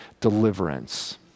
deliverance